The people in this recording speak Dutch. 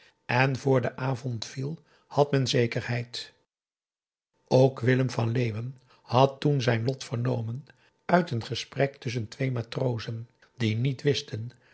en vr de avond viel had men zekerheid ook willem van leeuwen had toen zijn lot vernomen uit een gesprek tusschen twee matrozen die niet wisten